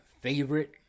favorite